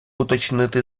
уточнити